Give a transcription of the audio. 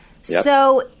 so-